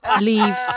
leave